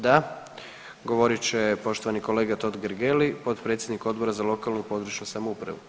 Da, govorit će poštovani kolega Totgergeli potpredsjednik Odbora za lokalnu i područnu samoupravu.